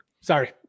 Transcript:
Sorry